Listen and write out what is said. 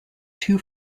two